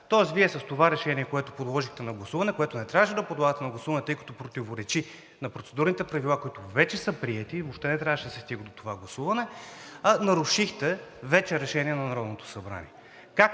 за.“ С това решение, което подложихте на гласуване, което не трябваше да подлагате на гласуване, тъй като противоречи на Процедурните правила, които вече са приети, и въобще не трябваше да се стига до това гласуване, вече нарушихте Решение на Народното събрание.